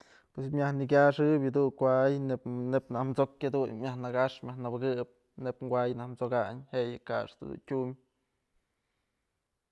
Pues myaj nëkyaxëp yëdun kuay neyb naj t'sok jadun myaj nakax myaj nëbëkëp neyb kuay naj t'sokañ je'e yë kaxtë dun tyum.